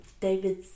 David